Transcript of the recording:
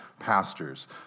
pastors